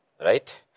Right